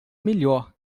melhor